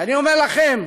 ואני אומר לכם,